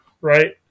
right